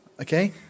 Okay